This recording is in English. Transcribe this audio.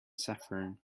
saffron